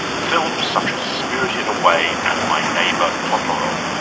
films such as spirited away and my neighbour totoro.